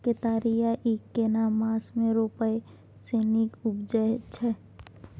केतारी या ईख केना मास में रोपय से नीक उपजय छै?